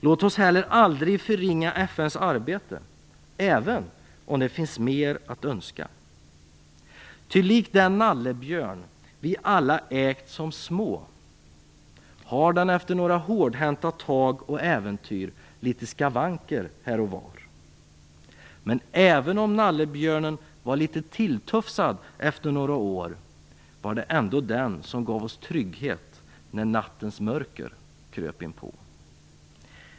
Låt oss heller aldrig förringa FN:s arbete, även om det finns mer att önska. Ty FN har likt den nallebjörn vi alla ägt som små efter några hårdhänta tag och äventyr litet skavanker här och var. Men även om nallebjörnen var litet tilltufsad efter några år var det ändå den som gav oss trygghet när nattens mörker kröp inpå.